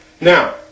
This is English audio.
Now